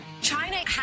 China